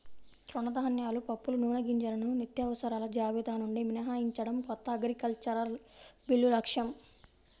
తృణధాన్యాలు, పప్పులు, నూనెగింజలను నిత్యావసరాల జాబితా నుండి మినహాయించడం కొత్త అగ్రికల్చరల్ బిల్లు లక్ష్యం